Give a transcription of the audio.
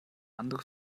andere